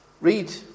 read